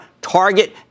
Target